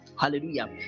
Hallelujah